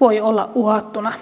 voi olla uhattuna